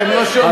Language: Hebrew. אתם לא שומעים.